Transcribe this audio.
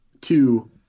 two